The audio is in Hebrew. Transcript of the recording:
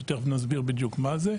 שתיכף נסביר בדיוק מה זה,